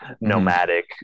nomadic